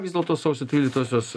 vis dėlto sausio tryliktosios